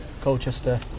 Colchester